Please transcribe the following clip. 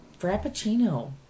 Frappuccino